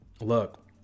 look